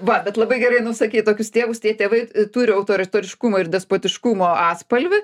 va bet labai gerai nusakei tokius tėvus tie tėvai turi autoritariškumo ir despotiškumo atspalvį